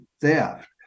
theft